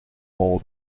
more